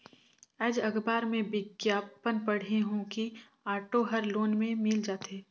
आएज अखबार में बिग्यापन पढ़े हों कि ऑटो हर लोन में मिल जाथे